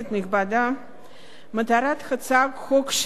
מטרת הצעת החוק שלי ושל חברי,